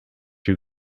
you